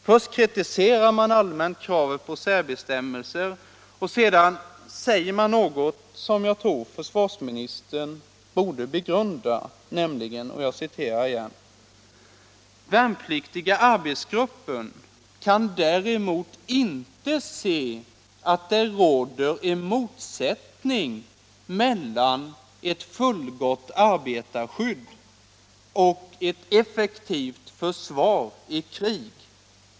Först kritiserar man kravet på särbestämmelser allmänt och sedan anför man något som jag tror försvarsministern borde = begrunda, nämligen: Om arbetarskyddet ”Värnpliktiga arbetsgruppen kan däremot inte se att det råder en mot = inom försvaret sättning mellan ett fullgott arbetarskydd och ett effektivt försvar i krig.